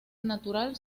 natural